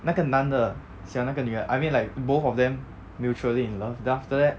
那个男的喜欢那个女儿 I mean like both of them mutually in love then after that